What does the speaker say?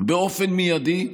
באופן מיידי.